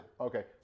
Okay